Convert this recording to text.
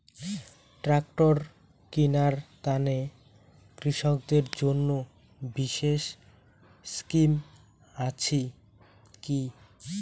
Tractor কিনার তানে কৃষকদের জন্য বিশেষ স্কিম আছি কি?